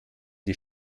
die